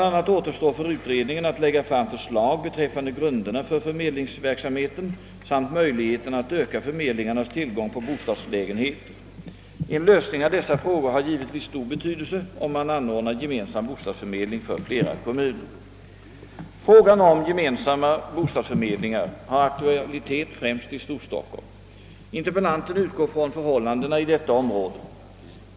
a. återstår för utredningen att lägga fram förslag beträffande grunderna för förmedlingsverksamheten samt möjligheterna att öka förmedlingarnas tillgång på bostadslägenheter. En lösning av dessa frågor har givetvis stor betydelse, om man anordnar gemensam bostadsförmedling för flera kommuner. Frågan om gemensamma bostadsförmedlingar har aktualitet främst i Storstockholm. Interpellanten utgår från förhållandena i detta område.